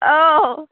औ